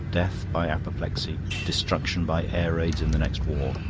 death by apoplexy, destruction by air-raids in the next war.